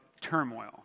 turmoil